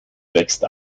wächst